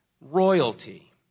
royalty